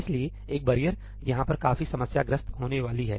इसलिए एक बैरियरयहाँ पर काफी समस्याग्रस्त होने वाली है